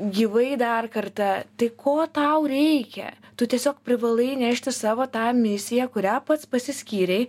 gyvai dar kartą tai ko tau reikia tu tiesiog privalai nešti savo tą misiją kurią pats pasiskyrei